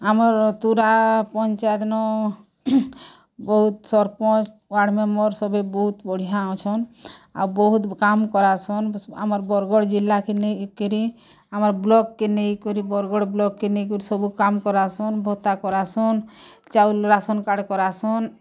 ଆମର୍ ତୁରା ପଞ୍ଚାୟତ ନ ବହୁତ ସରପଞ୍ଚ ୱାଡ଼ମେମ୍ବର୍ ସଭିଏ ବହୁତ ବଢ଼ିଆ ଅଛନ୍ ଆଉ ବହୁତ କାମ୍ କରାସନ୍ ଆମର୍ ବରଗଡ଼ ଜିଲ୍ଲା କେ ନେଇ କିରି ଆମର୍ ବ୍ଲକ୍ କେ ନେଇକରି ବରଗଡ଼ ବ୍ଲକ୍ କେ ନେଇ କରି ସବୁ କାମ୍ କରାସନ୍ ଭତ୍ତା କରାସନ୍ ଚାଉଲ ରାସନ୍ କାର୍ଡ଼୍ କରାସନ୍